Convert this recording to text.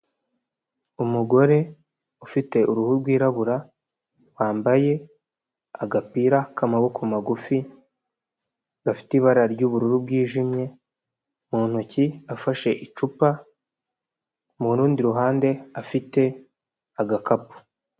Umugore ufite uruhu rwirabura wambaye agapira k'amaboko magufi gafite ibara ry'ubururu bwijimye mu ntoki afashe icupa mu rundi ruhande afite agakapu.